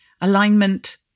Alignment